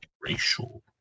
racial